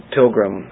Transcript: Pilgrim